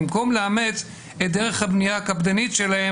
במקום לאמץ את דרך הבנייה הקפדנית שלהם